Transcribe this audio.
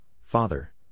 father